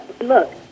look